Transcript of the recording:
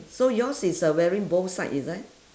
so yours is uh wearing both side is it